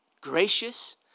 gracious